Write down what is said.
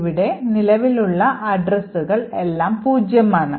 ഇവിടെ നിലവിലുള്ള addressകൾ എല്ലാം പൂജ്യമാണ്